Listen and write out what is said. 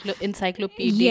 encyclopedia